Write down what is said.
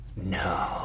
No